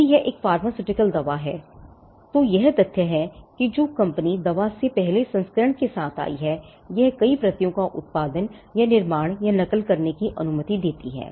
यदि यह एक फार्मास्युटिकल दवा है तो यह तथ्य है कि जो कंपनी दवा के पहले संस्करण के साथ आई है यह कई प्रतियों का उत्पादन या निर्माण या नकल करने की अनुमति देती है